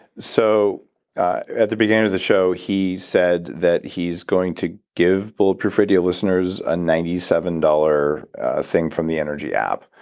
so at the beginning of the show, he said that he's going to give bulletproof radio listeners a ninety seven dollars thing from the energy app,